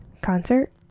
concert